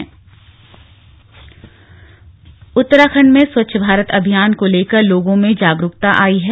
anchor Uttarakhand में स्वच्छ भारत अभियान को लेकर लोगों में जागरूकता आई है